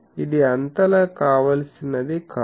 ఇది అంతలా కావాల్సినది కాదు